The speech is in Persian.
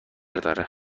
داره